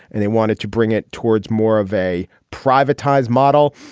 and they wanted to bring it towards more of a privatized model.